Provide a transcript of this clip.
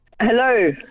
Hello